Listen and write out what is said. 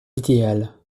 idéal